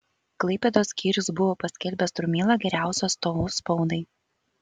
klaipėdos skyrius buvo paskelbęs strumylą geriausiu atstovu spaudai